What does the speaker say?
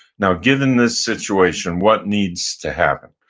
now, given this situation, what needs to happen?